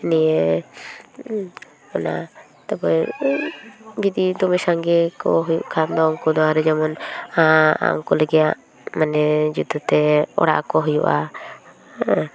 ᱱᱤᱭᱮ ᱚᱱᱟ ᱛᱟᱨᱯᱚᱨ ᱤᱫᱤ ᱫᱚᱢᱮ ᱥᱟᱸᱜᱮ ᱠᱚ ᱦᱩᱭᱩᱜ ᱠᱷᱟᱱ ᱫᱚ ᱩᱱᱠᱩ ᱫᱚ ᱟᱨᱠᱤ ᱡᱮᱢᱚᱱ ᱩᱱᱠᱩ ᱞᱟᱹᱜᱤᱫ ᱢᱟᱱᱮ ᱡᱩᱫᱟᱹᱛᱮ ᱚᱲᱟᱜ ᱟᱠᱚ ᱦᱩᱭᱩᱜᱼᱟ